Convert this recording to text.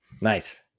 Nice